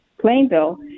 Plainville